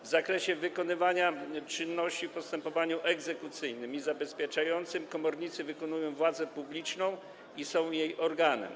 W zakresie wykonywania czynności w postępowaniu egzekucyjnym i zabezpieczającym komornicy wykonują władzę publiczną i są jej organem.